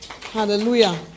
Hallelujah